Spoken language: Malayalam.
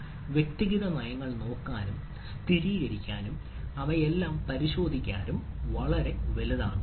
ഒരു വ്യക്തിഗത നയങ്ങൾ നോക്കാനും സ്ഥിരീകരിക്കാനും അവയെല്ലാം പരിശോധിക്കാനും വളരെ വലുതാണ്